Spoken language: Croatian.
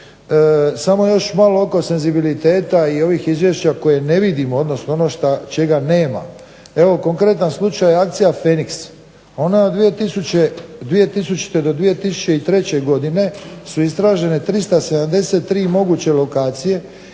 samo još malo oko senzibiliteta i ovih izvješća koje ne vidimo odnosno ono čega nema. Evo konkretan slučaj, akcija Feniks, ona je od 2000. do 2003. godine su istražene 373 moguće lokacije,